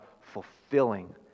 fulfilling